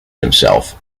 himself